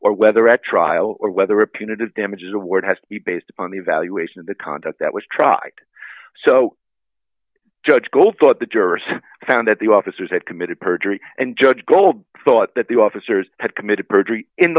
or whether at trial or whether a punitive damages award has to be based on the evaluation of the conduct that was tried so judge goal thought the jurors found that the officers that committed perjury and judge gold thought that the officers had committed perjury in